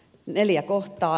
neljä kohtaa